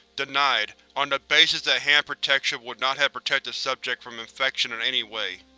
denied, on the basis that hand protection would not have protected subject from infection in any way.